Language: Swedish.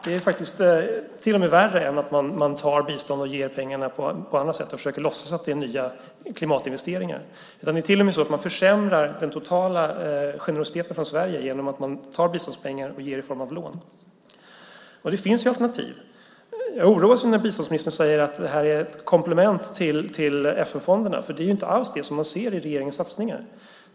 Det är faktiskt till och med värre än att man tar bistånd och ger pengarna på annat sätt och försöker låtsas att det är nya klimatinvesteringar. Det är till och med så att man försämrar den totala generositeten från Sverige genom att man tar biståndspengar och ger i form av lån. Det finns alternativ. Jag oroas när biståndsministern säger att det här är ett komplement till FN-fonderna, för det är inte alls det man ser i regeringens satsningar.